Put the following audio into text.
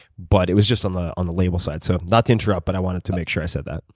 but it was just on the on the label side. so not to interrupt, but i wanted to make sure i said that.